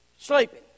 Sleeping